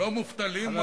לא מובטלים,